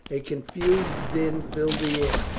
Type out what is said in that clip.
a confused din filled the air,